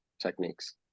techniques